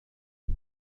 يجب